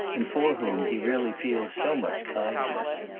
and for whom he really feels so much kindness.